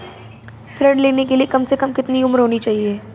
ऋण लेने के लिए कम से कम कितनी उम्र होनी चाहिए?